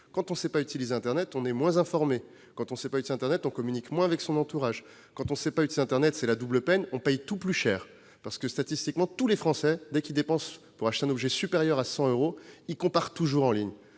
Quand on ne sait pas utiliser internet, on est moins informé. Quand on ne sait pas utiliser internet, on communique moins avec son entourage. Quand on ne sait pas utiliser internet, c'est la double peine, et on paye tout plus cher : statistiquement, dès que les Français achètent un objet d'une valeur supérieure à 100 euros, ils comparent toujours en ligne.